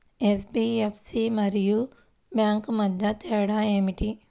NBFC మరియు bank మధ్య తేడా ఏమిటి?